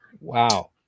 Wow